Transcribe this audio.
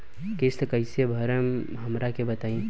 किस्त कइसे भरेम हमरा के बताई?